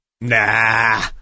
Nah